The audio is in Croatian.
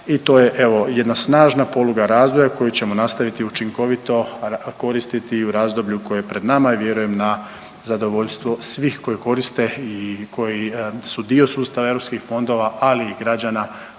i to je evo, jedna snažna poluga razvoja koju ćemo nastaviti učinkovito koristiti i u razdoblju koje je pred nama i vjerujem, na zadovoljstvo svih koji koriste i koji su dio sustava EU fondova, ali i građana